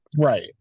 right